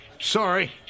sorry